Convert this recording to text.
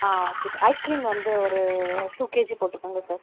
ஆ okay sir ice cream வந்து ஒரு two KG போட்டுக்கோங்க சார்